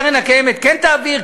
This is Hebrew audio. הקרן הקיימת כן תעביר,